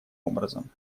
образом